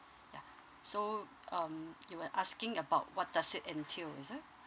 ya so um you were asking about what does it entail is it